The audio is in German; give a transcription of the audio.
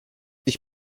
ich